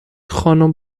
خانم